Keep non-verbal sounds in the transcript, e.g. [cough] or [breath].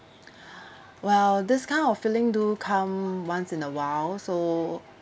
[breath] well this kind of feeling do come once in a while so